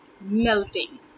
melting